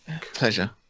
Pleasure